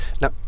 now